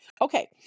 Okay